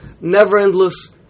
never-endless